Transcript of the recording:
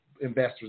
investors